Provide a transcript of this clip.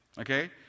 okay